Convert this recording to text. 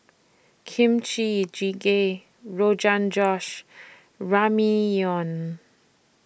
Kimchi Jjigae Rogan Josh and Ramyeon